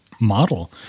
model